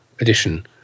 edition